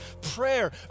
Prayer